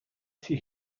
see